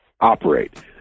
operate